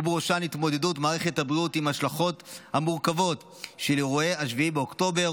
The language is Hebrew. ובראשן התמודדות מערכת הבריאות עם ההשלכות המורכבות של אירועי 7 באוקטובר